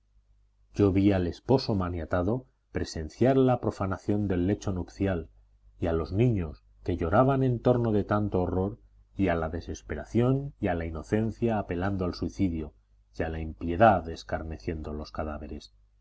yo vi al esposo maniatado presenciar la profanación del lecho nupcial y a los niños que lloraban en torno de tanto horror y a la desesperación y a la inocencia apelando al suicidio y a la impiedad escarneciendo los cadáveres